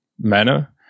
manner